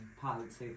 politics